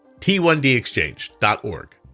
t1dexchange.org